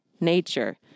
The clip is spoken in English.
nature